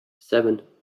seven